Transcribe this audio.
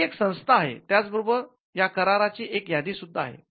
ही एक संस्था आहे त्याचबरोबर या करार ची एक यादी सुद्धा आहे